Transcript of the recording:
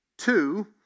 two